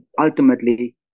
ultimately